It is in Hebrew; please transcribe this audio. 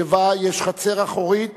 שבה יש "חצר אחורית